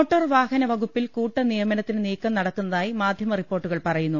motor വാഹന വകുപ്പിൽ കൂട്ട നിയമനത്തിന് നീക്കം നടക്കുന്ന തായി മാധ്യമ റിപ്പോർട്ടുകൾ ്പറയുന്നു